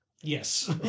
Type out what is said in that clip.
Yes